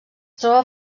troba